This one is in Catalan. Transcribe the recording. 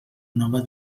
nova